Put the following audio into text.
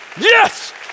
yes